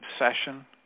obsession